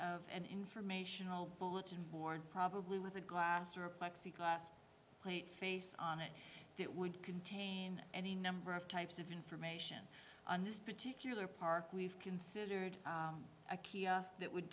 of an informational bulletin board probably with a glass or a plexiglas plate face on it it would contain any number of types of information on this particular park we've considered a key that would